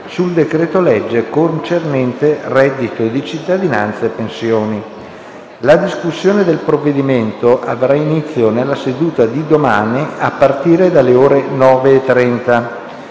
sul decreto-legge concernente reddito di cittadinanza e pensioni. La discussione del provvedimento avrà inizio nella seduta di domani, a partire dalle ore 9,30.